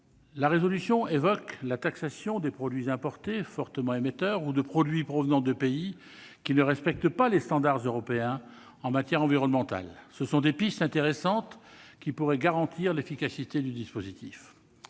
de résolution évoque la taxation de produits importés fortement émetteurs ou de produits provenant de pays qui ne respectent pas les standards européens en matière environnementale. Ce sont des pistes intéressantes, qui pourraient garantir l'efficacité du dispositif.